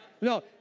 No